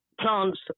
plants